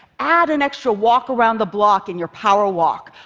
add an extra walk around the block in your power walk.